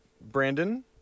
Brandon